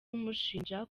umushinja